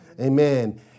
Amen